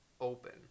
open